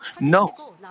No